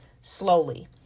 slowly